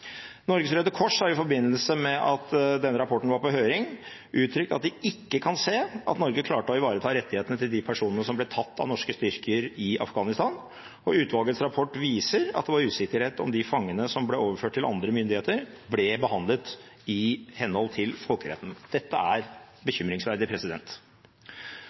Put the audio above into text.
Norges Røde Kors har i forbindelse med at denne rapporten var på høring, uttrykt at de ikke kan se at Norge klarte å ivareta rettighetene til de personene som ble tatt av norske styrker i Afghanistan, og utvalgets rapport viser at det var usikkerhet om hvorvidt de fangene som ble overført til andre myndigheter, ble behandlet i henhold til folkeretten. Dette er